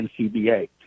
NCBA